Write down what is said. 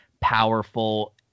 powerful